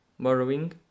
borrowing